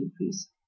increase